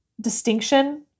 distinction